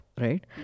right